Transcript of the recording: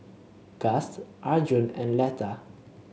Gust Arjun and Letha